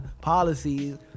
policies